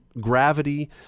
gravity